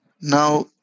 now